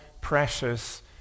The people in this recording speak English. precious